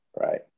right